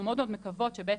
אנחנו מאוד מקוות שבעצם,